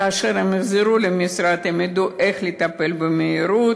כאשר הם יחזרו למשרד הם ידעו איך לטפל במהירות,